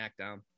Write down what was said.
SmackDown